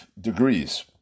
degrees